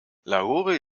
lahore